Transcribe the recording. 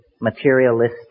materialistic